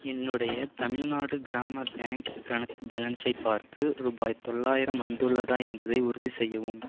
என்னுடைய தமிழ்நாடு கிராம பேங்க் கணக்கு பேலன்ஸை பார்த்து ரூபாய் தொள்ளாயிரம் வந்துள்ளதா என்பதை உறுதிசெய்யவும்